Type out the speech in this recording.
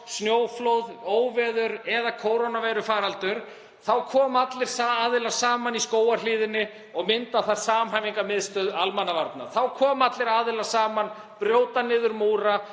snjóflóð, óveður eða kórónuveirufaraldur, að allir aðilar koma saman í Skógarhlíðinni og mynda þar samhæfingarmiðstöð almannavarna. Þá koma allir aðilar saman, brjóta niður múra,